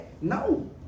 No